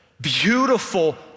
beautiful